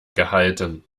gehalten